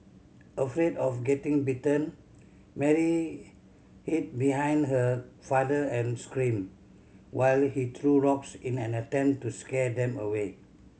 afraid of getting bitten Mary hid behind her father and screamed while he threw rocks in an attempt to scare them away